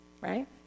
right